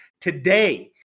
Today